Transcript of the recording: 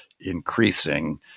increasing